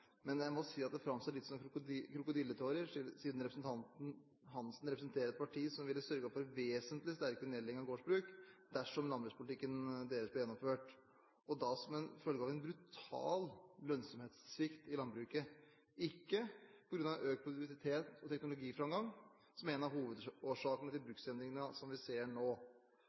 Men jeg må si at det framstår litt som krokodilletårer, siden representanten Hanssen representerer et parti som ville sørget for vesentlig sterkere nedlegging av gårdsbruk dersom landbrukspolitikken deres ble gjennomført, og da som en følge av en brutal lønnsomhetssvikt i landbruket, ikke på grunn av økt produktivitet og teknologiframgang, som er en av hovedårsakene til bruksendringene som vi ser nå.